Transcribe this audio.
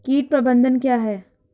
कीट प्रबंधन क्या है?